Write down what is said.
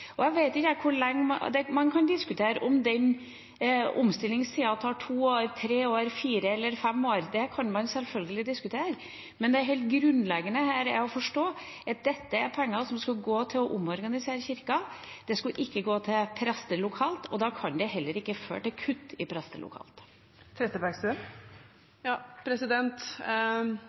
Man kan diskutere om den omstillingstida tar to år, tre år, fire år eller fem år – det kan man selvfølgelig diskutere – men det helt grunnleggende her er å forstå at dette er penger som skulle gå til å omorganisere Kirken, det skulle ikke gå til prester lokalt, og da kan det heller ikke føre til kutt til prester lokalt. Anette Trettebergstuen